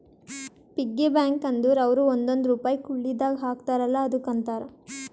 piggy bank ಅಂದುರ್ ಅವ್ರು ಒಂದೊಂದ್ ರುಪೈ ಕುಳ್ಳಿದಾಗ ಹಾಕ್ತಾರ ಅಲ್ಲಾ ಅದುಕ್ಕ ಅಂತಾರ